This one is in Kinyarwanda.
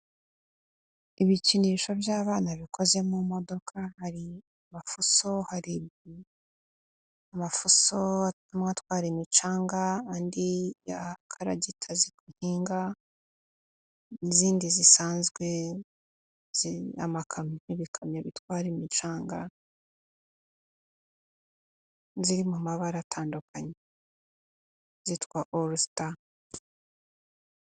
Ibikinisho by'abana bikoze mu imodoka, hari mafuso hari amafuso atwara imicanga, andi yakaragita mpinga n'izindi zisanzwe zimakamyo, ibikamyo bitwara imicanga ziri mu mabara atandukanye zitwa orisita.